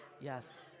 Yes